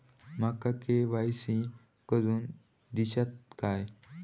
माका के.वाय.सी करून दिश्यात काय?